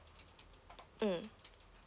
mm